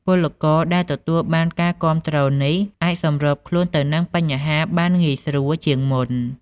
ពលករដែលទទួលបានការគាំទ្រនេះអាចសម្របខ្លួនទៅនឹងបញ្ហាបានងាយស្រួលជាងមុន។